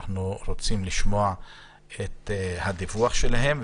אנחנו רוצים לשמוע את הדיווח שלהם,